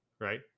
right